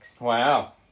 Wow